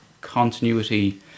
continuity